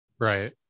Right